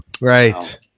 right